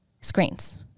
screens